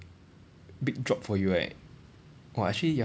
big drop for you right !wah! actually ya